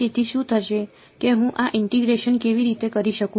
તેથી શું થશે કે હું આ ઇન્ટીગ્રેશન કેવી રીતે કરી શકું